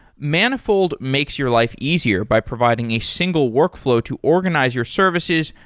manifold makes your life easier by providing a single workflow to organize your services,